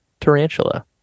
tarantula